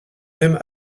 même